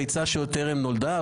לא צריך רק את המפלגות החרדיות.